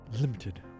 Limited